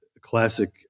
classic